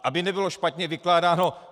Aby to nebylo špatně vykládáno.